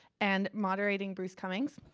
and moderating, bruce cummings.